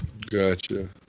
Gotcha